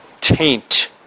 taint